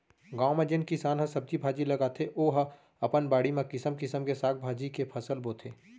गाँव म जेन किसान ह सब्जी भाजी लगाथे ओ ह अपन बाड़ी म किसम किसम के साग भाजी के फसल बोथे